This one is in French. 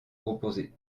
proposez